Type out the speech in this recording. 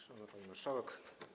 Szanowna Pani Marszałek!